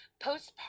Postpartum